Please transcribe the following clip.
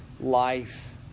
life